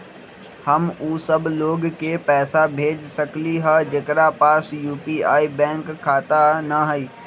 हम उ सब लोग के पैसा भेज सकली ह जेकरा पास यू.पी.आई बैंक खाता न हई?